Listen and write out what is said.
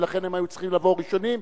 ולכן הם היו צריכים לבוא ראשונים.